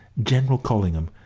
general collingham,